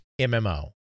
MMO